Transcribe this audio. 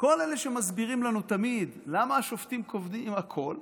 כל אלה שמסבירים לנו תמיד למה השופטים קובעים הכול,